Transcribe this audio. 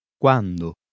Quando